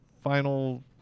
final